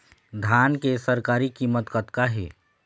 धान के सरकारी कीमत कतका हे?